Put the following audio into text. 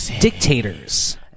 dictators